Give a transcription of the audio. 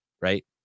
Right